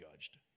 judged